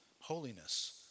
holiness